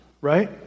right